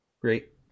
Great